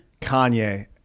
Kanye